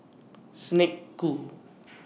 Snek Ku